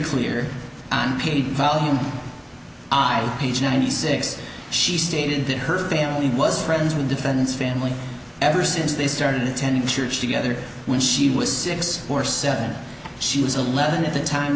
clear on page volume i page ninety six she stated that her family was friends with defendant's family ever since they started attending church together when she was six or seven she was eleven at the time